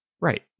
Right